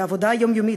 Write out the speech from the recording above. לעבודה יומיומית.